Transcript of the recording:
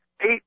eight